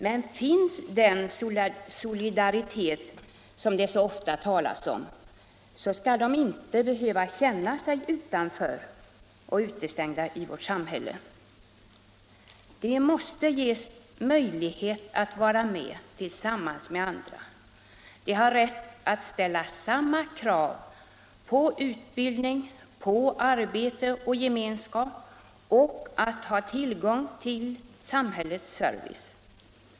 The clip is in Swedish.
Men finns den solidaritet som det så ofta talas om så skall de inte behöva känna sig utanför eller utestängda i vårt samhälle. De måste ges möjlighet att vara tillsammans med andra. De har rätt att ställa samma krav på utbildning, arbete och gemenskap och att ha tillgång till samhällets service.